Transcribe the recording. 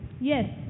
Yes